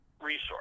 resource